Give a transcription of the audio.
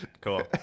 cool